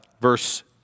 verse